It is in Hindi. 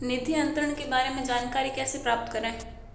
निधि अंतरण के बारे में जानकारी कैसे प्राप्त करें?